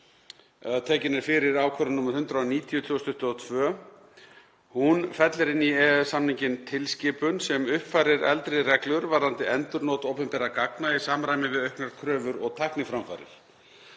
tekin er fyrir ákvörðun nr. 190/2022. Hún fellir inn í EES-samninginn tilskipun sem uppfærir eldri reglur varðandi endurnot opinberra gagna í samræmi við auknar kröfur og tækniframfarir.